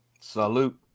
Salute